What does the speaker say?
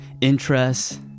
interests